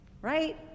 right